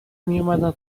میومدن